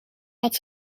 had